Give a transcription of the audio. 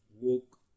woke